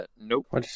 Nope